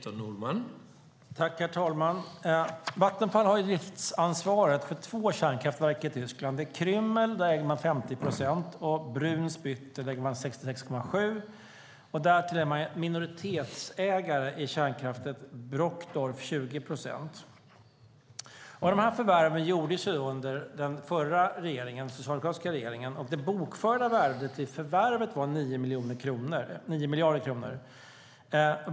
Herr talman! Vattenfall har driftsansvaret för två kärnkraftverk i Tyskland. Det är Krümmel, där man äger 50 procent, och Brunsbüttel, där man äger 66,7. Därtill är man minoritetsägare, med 20 procent, i kärnkraftverket Brokdorf. Förvärven gjordes under den förra, socialdemokratiska, regeringen. Det bokförda värdet i förvärvet var 9 miljarder kronor.